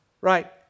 Right